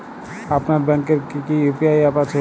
আপনার ব্যাংকের কি কি ইউ.পি.আই অ্যাপ আছে?